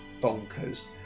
bonkers